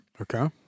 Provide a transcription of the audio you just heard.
Okay